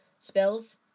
spells